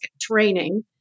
training